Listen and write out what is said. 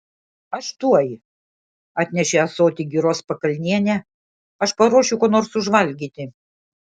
aš tuoj atnešė ąsotį giros pakalnienė aš paruošiu ko nors užvalgyti